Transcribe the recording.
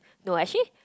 no actually